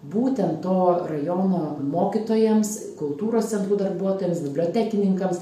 būtent to rajono mokytojams kultūros centrų darbuotojams bibliotekininkams